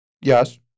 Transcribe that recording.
Yes